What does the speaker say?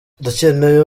dukeneye